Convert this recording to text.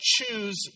choose